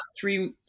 three